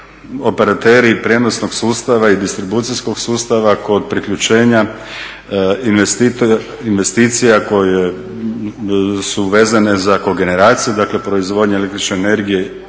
operateri prijenosnog sustava i distribucijskog sustava kod priključenja investicija koje su vezane za kogeneraciju, dakle proizvodnja električne energije